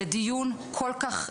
לדיון כל כך חשוב,